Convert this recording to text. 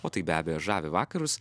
o tai be abejo žavi vakarus